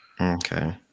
Okay